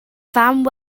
fam